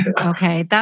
Okay